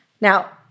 Now